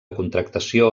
contractació